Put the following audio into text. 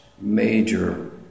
major